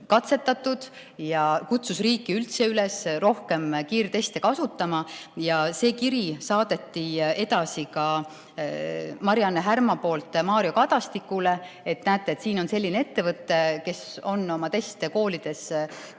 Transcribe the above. katsetatud, ja kutsus riiki üldse üles rohkem kiirteste kasutama. Selle kirja saatis Mari-Anne Härma ka Mario Kadastikule, et näete, siin on selline ettevõte, kes on oma teste koolides katsetanud.